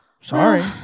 Sorry